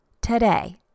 Today